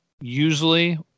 usually